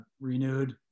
renewed